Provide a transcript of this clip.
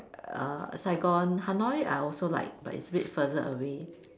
err Saigon Hanoi I also like but it's a bit further away